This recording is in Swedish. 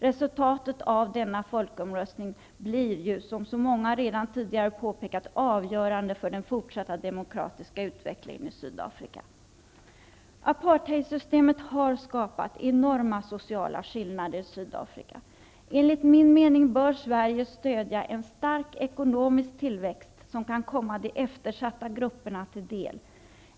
Resultatet av denna folkomröstning blir ju, som så många redan tidigare påpekat, avgörande för den fortsatta demokratiska utvecklingen i Sydafrika. Apartheidsystemet har skapat enorma sociala skillnader i Sydafrika. Enligt min mening bör Sverige stödja en stark ekonomisk tillväxt som kan komma de eftersatta grupperna till del.